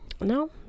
No